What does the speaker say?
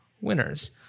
winners